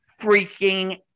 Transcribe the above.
freaking